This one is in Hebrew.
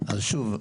אז שוב,